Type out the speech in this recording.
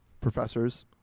professors